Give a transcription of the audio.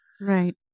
Right